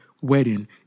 wedding